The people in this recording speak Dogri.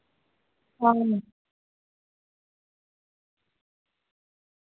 आं